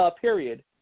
period